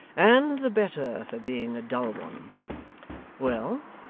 and the better for being a dull one well